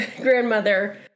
grandmother